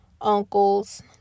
uncles